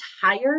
tired